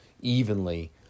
evenly